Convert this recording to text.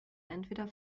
entweder